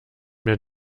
mehr